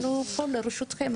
אנחנו פה לרשותכם,